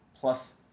plus